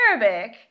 Arabic